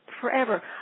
forever